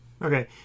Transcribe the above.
Okay